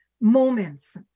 moments